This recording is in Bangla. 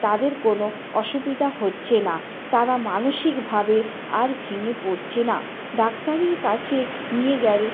তাদের কোনো অসুবিধা হচ্ছে না তারা মানসিকভাবে আর ভেঙে পড়ছে না ডাক্তারের কাছে নিয়ে গেলে